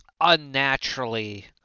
unnaturally